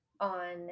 on